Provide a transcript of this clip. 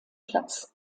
platz